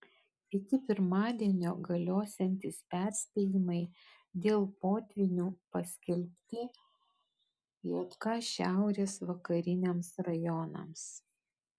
iki pirmadienio galiosiantys perspėjimai dėl potvynių paskelbti jk šiaurės vakariniams rajonams